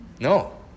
No